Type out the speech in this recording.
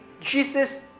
Jesus